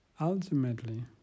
ultimately